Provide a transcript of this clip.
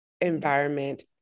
environment